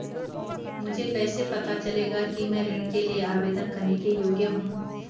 मुझे कैसे पता चलेगा कि मैं ऋण के लिए आवेदन करने के योग्य हूँ?